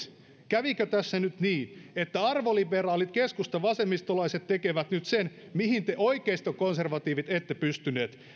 kävikö tässä nyt niin että arvoliberaalit keskustavasemmistolaiset tekevät nyt sen mihin te oikeistokonservatiivit ette pystyneet